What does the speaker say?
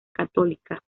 católica